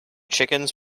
chickens